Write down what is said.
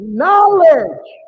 knowledge